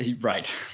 Right